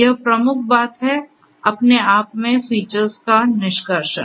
यह प्रमुख बात है अपने आप में फीचर्स का निष्कर्षण